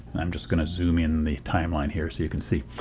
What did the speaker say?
i'm just going to zoom in the timeline here so you can see.